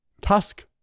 Tusk